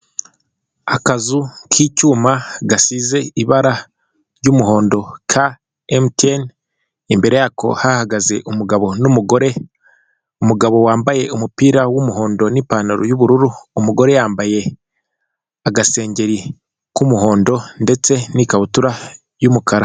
Akazu k'icyuma gasize ibara ry'umuhondo ka emutiyene, imbere yako hahagaze umugabo n'umugore, umugabo wambaye umupira w'umuhondo n'ipantaro y'ubururu, umugore yambaye agasengeri k'umuhondo ndetse n'ikabutura y'umukara.